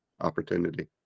opportunity